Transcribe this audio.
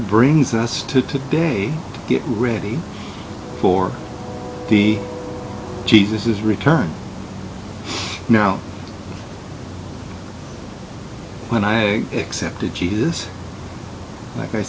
brings us to today to get ready for the jesus is return now when i accepted jesus like i